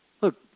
Look